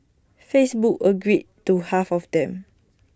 Facebook agreed to half of them